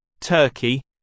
Turkey